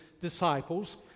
disciples